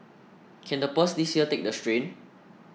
can the purse this year take the strain